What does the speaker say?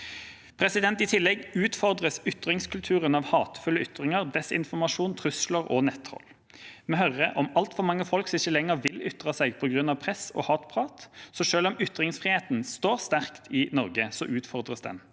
intelligens. I tillegg utfordres ytringskulturen av hatefulle ytringer, desinformasjon, trusler og nettroll. Vi hører om altfor mange folk som ikke lenger vil ytre seg på grunn av press og hatprat. Så selv om ytringsfriheten står sterkt i Norge, utfordres den.